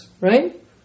right